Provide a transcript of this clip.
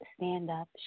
Stand-Up